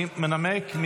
מי מנמק?